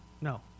No